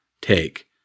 take